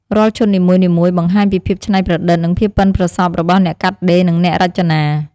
រាល់ឈុតនីមួយៗបង្ហាញពីភាពច្នៃប្រឌិត និងភាពប៉ិនប្រសប់របស់អ្នកកាត់ដេរ និងអ្នករចនា។